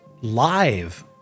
live